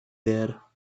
there